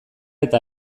eta